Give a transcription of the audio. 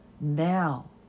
Now